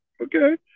okay